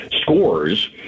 scores